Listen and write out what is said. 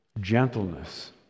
gentleness